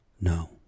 No